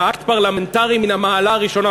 באקט פרלמנטרי מן המעלה הראשונה,